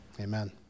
amen